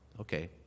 Okay